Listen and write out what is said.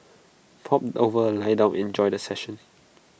pop over lie down and enjoy the session